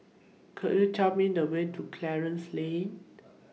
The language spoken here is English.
Could YOU Tell Me The Way to Clarence Lane